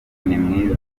nimwiza